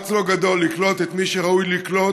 במאמץ לא גדול לקלוט את מי שראוי לקלוט,